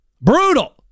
Brutal